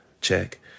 check